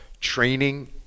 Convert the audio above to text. training